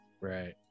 right